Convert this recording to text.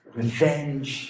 revenge